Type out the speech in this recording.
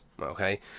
okay